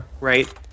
right